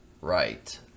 right